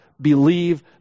believe